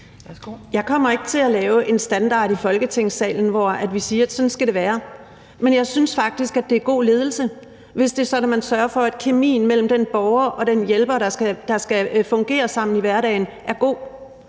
Jeg kommer ikke til at lave en standard i Folketingssalen, hvor vi siger, at sådan skal det være. Men jeg synes faktisk, at det er god ledelse, hvis det er sådan, at man sørger for, at kemien mellem den borger og den hjælper, der skal fungere sammen i hverdagen, er god,